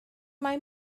mae